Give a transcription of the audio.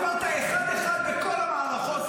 עברת אחד-אחד בכל המערכות,